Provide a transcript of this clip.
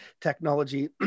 technology